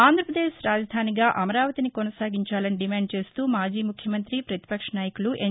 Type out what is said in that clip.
ఆంధ్రాప్రదేశ్ రాజధానిగా అమరావతిని కొనసాగించాలని డిమాండ్ చేస్తూ మాజీ ముఖ్యమంత్రి పతిపక్ష నాయకులు ఎన్